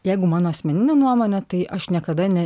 jeigu mano asmenine nuomone tai aš niekada ne